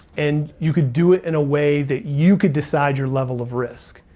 and you could do it in a way that you could decide your level of risk.